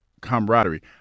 camaraderie